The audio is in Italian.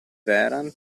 vehrehan